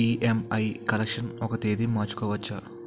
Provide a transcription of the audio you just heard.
EMI collection ఒక తేదీ మార్చుకోవచ్చా?